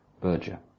Berger